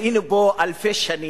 היינו פה אלפי שנים,